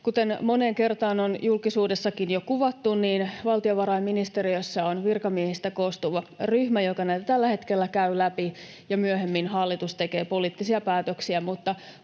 Kuten moneen kertaan on julkisuudessakin jo kuvattu, valtiovarainministeriössä on virkamiehistä koostuva ryhmä, joka näitä tällä hetkellä käy läpi, ja myöhemmin hallitus tekee poliittisia päätöksiä.